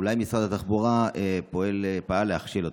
אולי משרד התחבורה פעל להכשיל אותה?